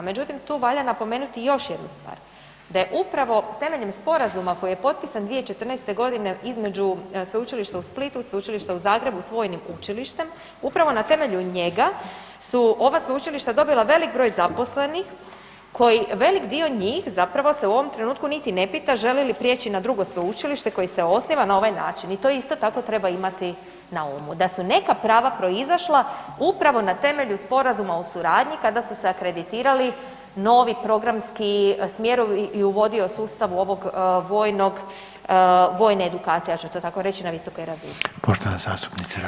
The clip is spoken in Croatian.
Međutim, tu valja napomenuti još jednu stvar, da je upravo temeljem sporazuma koji je potpisan 2014.g. između Sveučilišta u Splitu, Sveučilišta u Zagrebu s Vojnim učilištem upravo na temelju njega su ova sveučilišta dobila velik broj zaposlenih koji velik dio njih se u ovom trenutku niti ne pita želi li prijeći na drugo sveučilište koje se osniva na ovaj način i to isto tako treba imati na umu, da su neka prava proizašla upravo na temelju sporazuma o suradnji kada su se akreditirali novi programski smjerovi i uvodio sustav u vojne edukacije, ja ću to tako reći, na visokoj razini.